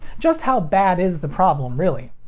just how bad is the problem, really?